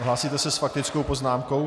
Hlásíte se s faktickou poznámkou?